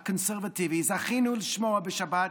זכינו לשמוע בשבת